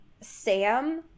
Sam